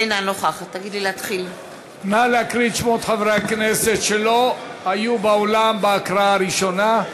אינה נוכחת נא להקריא את שמות חברי הכנסת שלא היו באולם בהקראה הראשונה.